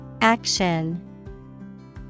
Action